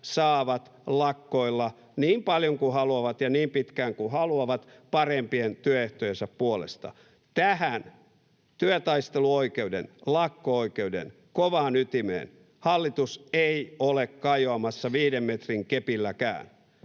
saavat lakkoilla niin paljon kuin haluavat ja niin pitkään kuin haluavat parempien työehtojensa puolesta. Tähän työtaisteluoikeuden, lakko-oikeuden, kovaan ytimeen hallitus ei ole kajoamassa viiden metrin kepilläkään.